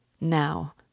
Now